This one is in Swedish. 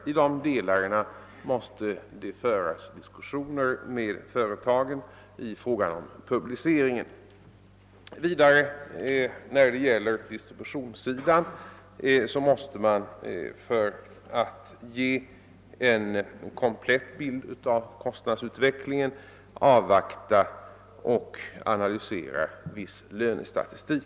I dessa delar måste det föras diskussioner med företagen i fråga om publiceringen. När det gäller distributionssidan måste man vidare för att kunna ge en komplett bild av kostnadsutvecklingen avvakta och analysera viss lönestatistik.